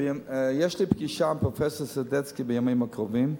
יש לי פגישה עם פרופסור סדצקי בימים הקרובים.